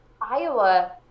Iowa